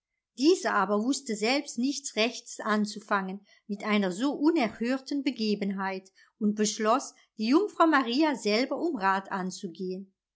dieser aber wußte selbst nichts rechtes anzufangen mit einer so unerhörten begebenheit und beschloß die jungfrau maria selber um rat anzugehen